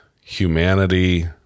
humanity